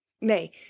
nay